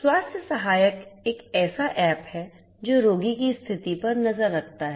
स्वास्थ्य सहायक एक ऐसा ऐप है जो रोगी की स्वास्थ्य स्थिति पर नज़र रखता है